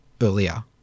earlier